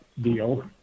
deal